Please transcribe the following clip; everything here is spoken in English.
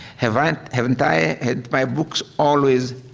have i haven't i hadn't my books always